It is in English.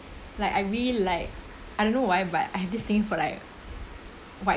like I really like I don't know why but I have this thing for like white